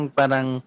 parang